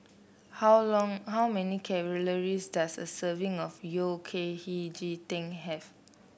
how long how many calories does a serving of Yao Cai Hei Ji Tang have